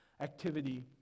activity